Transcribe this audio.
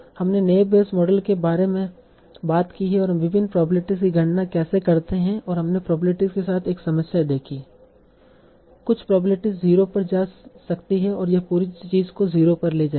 हमने naive Bayes model के बारे में बात की और हम विभिन्न प्रोबेबिलिटीस की गणना कैसे करते हैं और हमने प्रोबेबिलिटीस के साथ एक समस्या देखी कुछ प्रोबेबिलिटीस 0 पर जा सकती हैं और यह पूरी चीज़ को 0 पर ले जाएगी